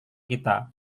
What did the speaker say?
kita